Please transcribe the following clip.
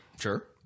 Sure